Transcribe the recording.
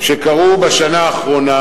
שקרו בשנה האחרונה.